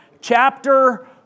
chapter